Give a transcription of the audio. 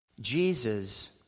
Jesus